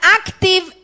active